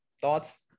thoughts